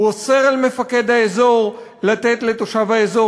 הוא אוסר על מפקד האזור לתת לתושב האזור